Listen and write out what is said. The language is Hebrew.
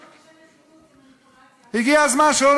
אשריך,